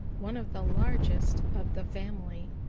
one of the largest of the family.